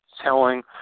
telling